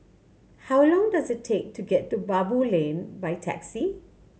how long does it take to get to Baboo Lane by taxi